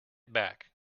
back